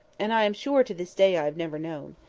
and i am sure to this day i have never known.